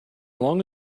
long